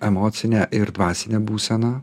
emocinę ir dvasinę būseną